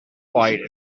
plight